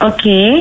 Okay